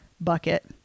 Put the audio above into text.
bucket